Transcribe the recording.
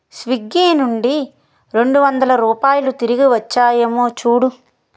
Swiggy నుండి రెండువందల రూపాయలు తిరిగివచ్చాయేమో చూడు